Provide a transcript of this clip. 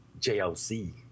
JLC